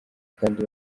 kandi